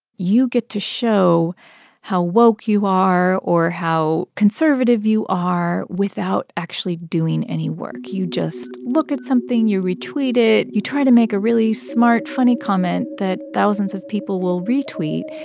you get to show how woke you are or how conservative you are without actually doing any work. you just look at something, you retweet it, you try to make a really smart funny comment that thousands of people will retweet.